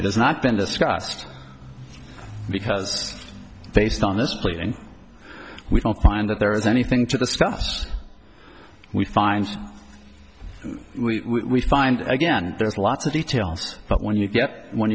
has not been discussed because based on this plea and we don't find that there is anything to the stuff we find we find again there's lots of details but when you get when